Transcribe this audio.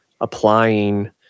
applying